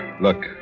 Look